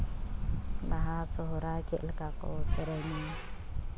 ᱵᱟᱦᱟ ᱥᱚᱦᱚᱨᱟᱭ ᱪᱮᱫ ᱞᱮᱠᱟ ᱠᱚ ᱥᱮᱨᱮᱧᱟ